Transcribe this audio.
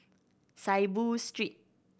Saiboo Street